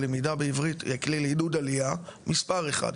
הלמידה בעברית היא כלי לעידוד עלייה מספר אחד.